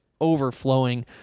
overflowing